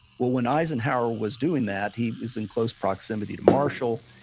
when eisenhower was doing that he was in close proximity to marshall.